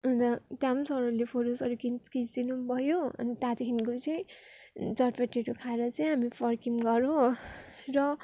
अन्त त्यहाँ सरहरूले फोटोस्हरू खिच् खिचिदिनुभयो अन्त त्यहाँदेखिको चाहिँ चटपटेहरू खाएर चाहिँ हामी फर्कियौँ घर हो र